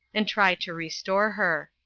and try to re store her.